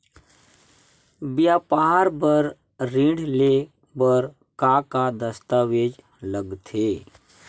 व्यापार बर ऋण ले बर का का दस्तावेज लगथे?